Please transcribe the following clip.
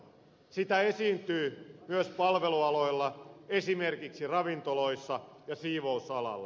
sitä esiintyy myös palvelualoilla esimerkiksi ravintoloissa ja siivousalalla